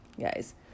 Guys